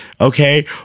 Okay